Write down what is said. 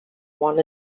one